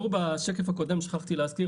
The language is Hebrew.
שכחתי להזכיר,